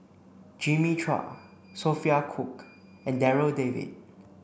Jimmy Chua Sophia Cooke and Darryl David